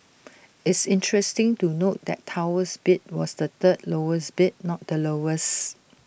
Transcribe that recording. it's interesting to note that Tower's bid was the third lowest bid not the lowest